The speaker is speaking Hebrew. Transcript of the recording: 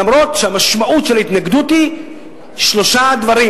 למרות העובדה שהמשמעות של ההתנגדות היא שלושה דברים,